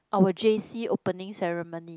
our j_c opening ceremony